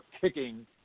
kicking